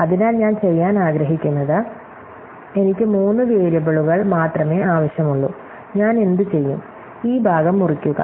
അതിനാൽ ഞാൻ ചെയ്യാൻ ആഗ്രഹിക്കുന്നത് എനിക്ക് മൂന്ന് വേരിയബിളുകൾ മാത്രമേ ആവശ്യമുള്ളൂ ഞാൻ എന്തുചെയ്യും ഈ ഭാഗം മുറിക്കുക